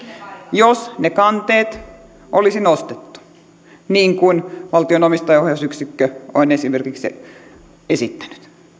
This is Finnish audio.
jos ne kanteet olisi nostettu niin kuin valtion omistajaohjausyksikkö esimerkiksi on esittänyt